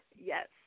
Yes